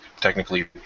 technically